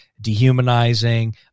dehumanizing